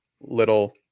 little